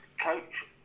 coach